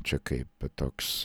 čia kaip toks